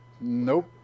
Nope